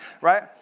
right